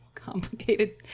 complicated